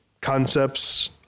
concepts